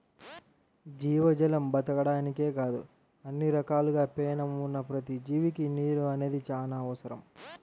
జీవజాలం బతకడానికే కాదు అన్ని రకాలుగా పేణం ఉన్న ప్రతి జీవికి నీరు అనేది చానా అవసరం